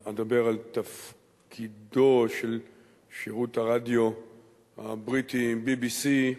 אדבר על תפקידו של שירות הרדיו הבריטי, BBC,